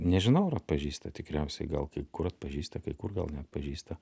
nežinau ar atpažįsta tikriausiai gal kai kur atpažįsta kai kur gal neatpažįsta